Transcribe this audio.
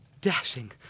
dashing